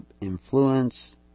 influence